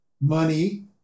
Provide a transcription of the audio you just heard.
money